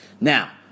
Now